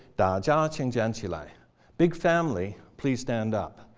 dajia, ah and qing zhanqilai, big family, please stand up,